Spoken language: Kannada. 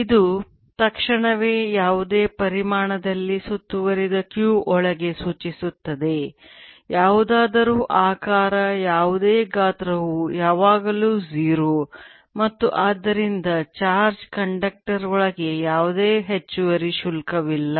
ಇದು ತಕ್ಷಣವೇ ಯಾವುದೇ ಪರಿಮಾಣದಲ್ಲಿ ಸುತ್ತುವರಿದ q ಒಳಗೆ ಸೂಚಿಸುತ್ತದೆ ಯಾವುದಾದರೂ ಆಕಾರ ಯಾವುದೇ ಗಾತ್ರವು ಯಾವಾಗಲೂ 0 ಮತ್ತು ಆದ್ದರಿಂದ ಚಾರ್ಜ್ ಕಂಡಕ್ಟರ್ ಒಳಗೆ ಯಾವುದೇ ಹೆಚ್ಚುವರಿ ಶುಲ್ಕವಿಲ್ಲ